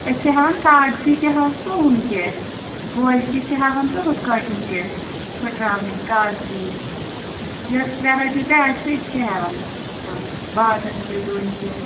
أسۍ چھِ ہٮ۪وان کاغذی تہِ حظ تہٕ ہُم تہِ گوجہِ تہِ چھِ ہٮ۪وان تہٕ ہُتھٕ پٲٹھٮ۪ن تہِ پھُٹراونٕے کاغذی یۄس وٮ۪رایٹی تہِ آسہِ أسۍ چھِ ہٮ۪وان سُہ بادام تہِ ڈوٗنۍ تہِ